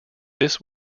this